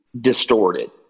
distorted